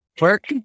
work